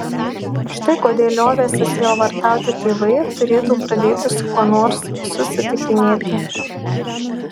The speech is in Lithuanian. štai kodėl liovęsi sielvartauti tėvai turėtų pradėti su kuo nors susitikinėti